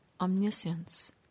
omniscience